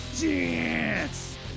dance